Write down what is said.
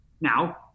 Now